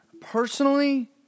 personally